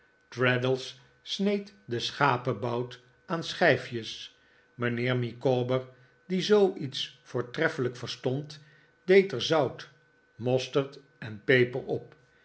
traddles sneed den schapebout aan schijfjesi mijnheer micawber die zooiets voortreffelijk verstond deed er zout mosterd en peper op